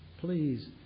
Please